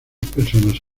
personas